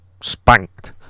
spanked